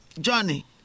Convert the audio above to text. Johnny